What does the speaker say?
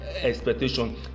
expectation